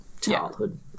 childhood